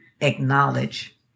acknowledge